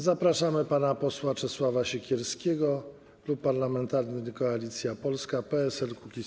Zapraszamy pana posła Czesława Siekierskiego, Klub Parlamentarny Koalicja Polska - PSL - Kukiz15.